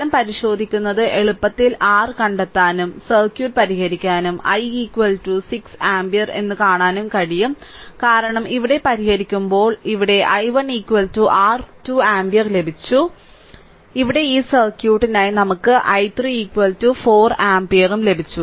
ഫലം പരിശോധിക്കുന്നത് എളുപ്പത്തിൽ r കണ്ടെത്താനും സർക്യൂട്ട് പരിഹരിക്കാനും i 6 ആമ്പിയർ എന്ന് കാണാനും കഴിയും കാരണം ഇവിടെ പരിഹരിക്കുമ്പോൾ ഇവിടെ i1 r 2 ആമ്പിയർ ലഭിച്ചു ഇവിടെ പരിഹരിക്കുമ്പോൾ ഇവിടെ ഈ സർക്യൂട്ടിനായി നമുക്ക് i3 4 ആമ്പ് ലഭിച്ചു